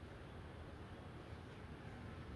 !wah! that would be actually like very good [what]